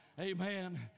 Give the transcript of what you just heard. Amen